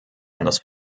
anders